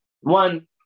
One